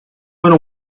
went